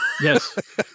Yes